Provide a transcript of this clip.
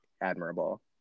admirable